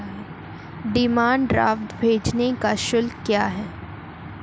Demand draft भेजने का शुल्क क्या है?